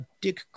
Dick